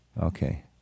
Okay